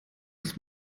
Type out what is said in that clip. bis